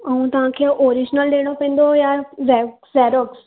ऐं तव्हां खे ऑरिजिनल ॾियणो पयदंव या जेरो जेरोक्स